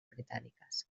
britàniques